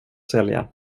sälja